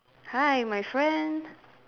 hi my friend